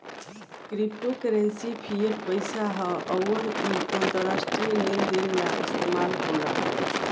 crypto currency fiat पईसा ह अउर इ अंतरराष्ट्रीय लेन देन ला इस्तमाल होला